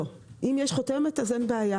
לא, אם יש חותמת, אין בעיה.